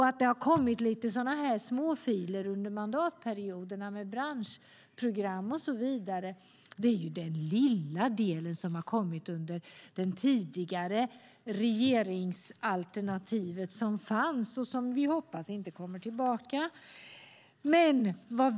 Att det har kommit lite småfiler under mandatperioderna med branschprogram och så vidare är den lilla delen som kom under det tidigare regeringsalternativet och som vi hoppas inte kommer tillbaka.